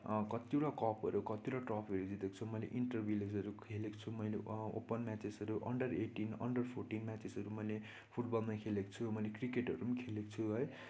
कतिवटा कपहरू कतिवटा ट्रफीहरू जितेको छु मैले इन्टरभिलेजहरू खेलेको छु मैले ओपन म्याचेसहरू अन्डर एटिन अन्डर फोर्टिन म्याचेसहरू मैले फुटबलमा खेलेको छु मैले क्रिकेटहरू खेलेको छु है